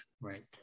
right